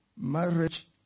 marriage